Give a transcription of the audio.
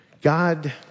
God